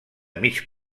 mig